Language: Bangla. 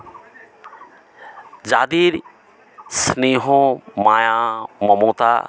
যাদের স্নেহ মায়া মমতা